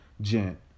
Gent